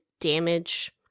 damage